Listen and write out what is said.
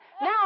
Now